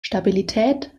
stabilität